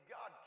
God